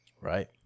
Right